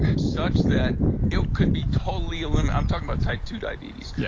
such that it could be totally. and and i'm talking about type two diabetes, yeah